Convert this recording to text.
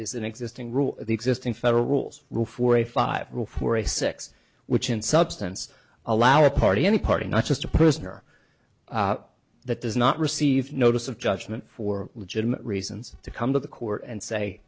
is an existing rule the existing federal rules rule for a five rule for a six which in substance allow a party any party not just a prisoner that does not receive notice of judgment for legitimate reasons to come to the court and say